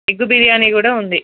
egg biryani కూడా ఉంది